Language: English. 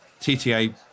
TTA